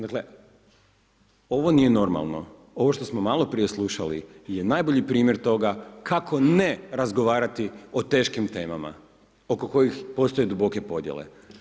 Dakle, ovo nije normalno, ovo što smo maloprije slušali, je najbolji primjer toga, kako ne razgovarati o teškim temama, oko kojih postoje duboke podjele.